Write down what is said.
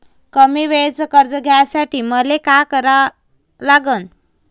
कमी वेळेचं कर्ज घ्यासाठी मले का करा लागन?